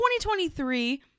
2023